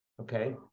Okay